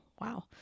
wow